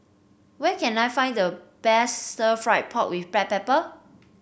where can I find the best Stir Fried Pork with Black Pepper